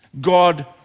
God